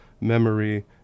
Memory